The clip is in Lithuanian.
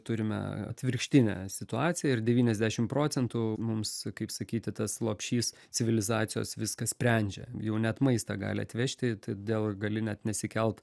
turime atvirkštinę situaciją ir devyniasdešim procentų mums kaip sakyti tas lopšys civilizacijos viską sprendžia jau net maistą gali atvežti todėl ir gali net nesikelt